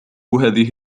هذه